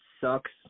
sucks